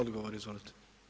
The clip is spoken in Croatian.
Odgovor, izvolite.